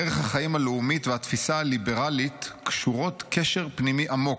דרך החיים הלאומית והתפיסה הליברלית קשורות קשר פנימי עמוק,